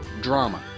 drama